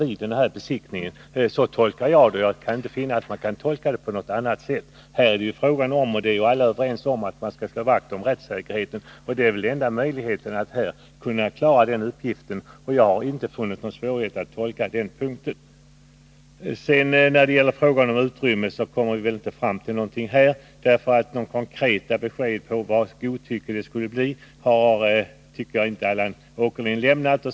Så tolkar jag bestämmelsen, och jag kan inte finna att man kan tolka den på något annat sätt. Här är det fråga om — och det är alla överens om — att man skall slå vakt om rättssäkerheten, och detta är väl enda möjligheten att klara den uppgiften. Jag har alltså inte funnit någon svårighet att tolka den punkten. När det sedan gäller frågan om godtycke kommer vi väl inte fram till någon gemensam uppfattning. Jag anser inte att Allan Åkerlind har lämnat några konkreta besked om var godtycke skulle uppstå.